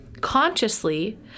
consciously